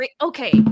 okay